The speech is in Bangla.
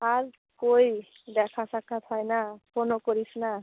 আর কই দেখা সাক্ষাৎ হয় না ফোনও করিস না